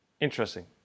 Interesting